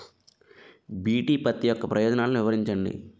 BT పత్తి యొక్క ప్రయోజనాలను వివరించండి?